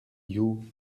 you